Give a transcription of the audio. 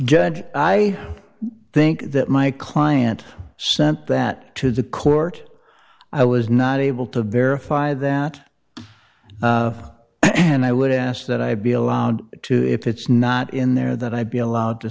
judge i think that my client sent that to the court i was not able to verify that and i would ask that i be allowed to if it's not in there that i be allowed to